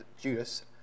Judas